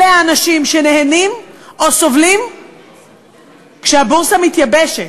אלה האנשים שנהנים או סובלים כשהבורסה מתייבשת.